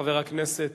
חבר הכנסת